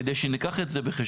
כדי שניקח את זה בחשבון.